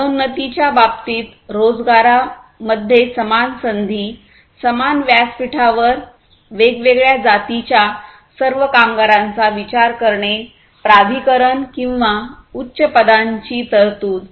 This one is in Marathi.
पदोन्नती च्या बाबतीत रोजगारामध्ये समान संधीसमान व्यासपीठावर वेगवेगळ्या जातीच्या सर्व कामगारांचा विचार करणेप्राधिकरण किंवा उच्च पदांची तरतूद